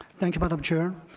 thank you, madam chair.